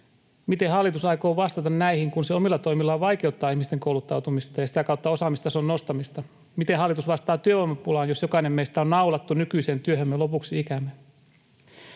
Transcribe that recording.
Miten hallitus aikoo vastata näihin, kun se omilla toimillaan vaikeuttaa ihmisten kouluttautumista ja sitä kautta osaamistason nostamista? Miten hallitus vastaa työvoimapulaan, jos jokainen meistä on naulattu nykyiseen työhömme lopuksi ikäämme?